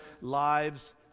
lives